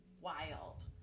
wild